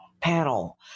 panel